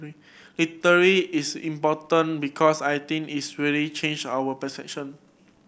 is important because I think it's really change our perception